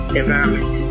environment